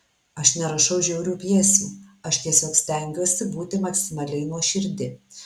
aš nerašau žiaurių pjesių aš tiesiog stengiuosi būti maksimaliai nuoširdi